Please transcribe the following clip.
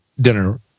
dinner